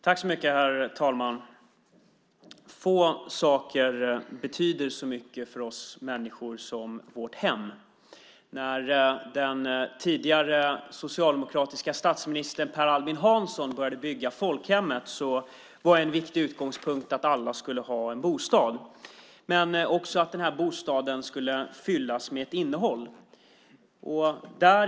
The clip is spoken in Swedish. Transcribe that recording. Herr talman! Få saker betyder så mycket för oss människor som vårt hem. När den tidigare socialdemokratiska statsministern Per Albin Hansson började bygga folkhemmet var en viktig utgångspunkt att alla skulle ha en bostad. Men bostaden skulle också fyllas med ett innehåll.